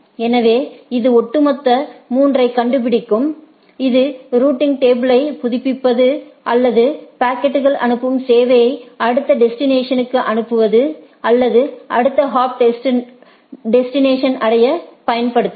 எனவே இது ஒட்டுமொத்த 3 ஐக் கண்டுபிடிக்கும் இது ரூட்டிங்டேபிளை புதுப்பிக்க அல்லது பாக்கெட்கள் அனுப்பும் சேவையை அடுத்த டெஸ்டினேஷனுக்கு அனுப்ப அல்லது அடுத்த ஹாப் டெஸ்டினேஷனை அடைய பயன்படுத்தலாம்